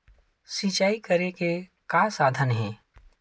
सिंचाई करे के का साधन हे?